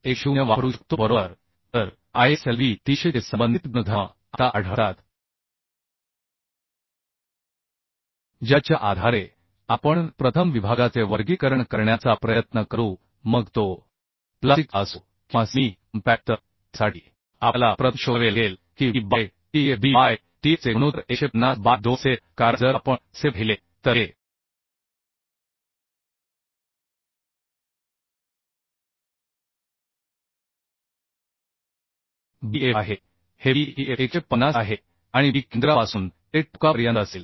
10 वापरू शकतो बरोबर तर ISLV 300 चे संबंधित गुणधर्म आता आढळतात ज्याच्या आधारे आपण प्रथम विभागाचे वर्गीकरण करण्याचा प्रयत्न करू मग तो प्लास्टिकचा असो किंवा सेमी कॉम्पॅक्ट तर त्यासाठी आपल्याला प्रथम शोधावे लागेल की B by tfB by tf चे गुणोत्तर 150 बाय 2 असेल कारण जर आपण असे पाहिले तर हे Bf आहे हे Bf150 आहे आणि B केंद्रापासून ते टोकापर्यंत असेल